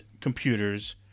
computers